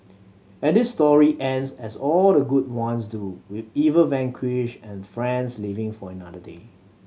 and this story ends as all the good ones do with evil vanquished and friends living for another day